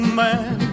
man